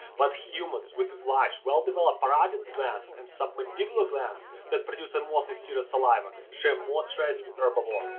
but humans, with large, well-developed parotid glands and submandibular glands that produce and mostly serous saliva, share more traits with herbivores.